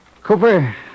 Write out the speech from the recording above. Cooper